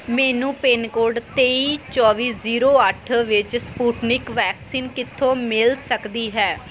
ਮੈਨੂੰ ਪਿਨਕੋਡ ਤੇਈ ਚੌਵੀ ਜ਼ੀਰੋ ਅੱਠ ਵਿੱਚ ਸਪੁਟਨਿਕ ਵੈਕਸੀਨ ਕਿੱਥੋਂ ਮਿਲ ਸਕਦੀ ਹੈ